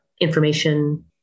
information